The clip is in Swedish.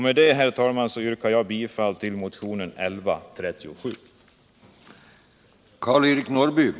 Med detta, herr talman, yrkar jag bifall till motionen 1137.